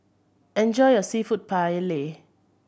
enjoy your Seafood Paella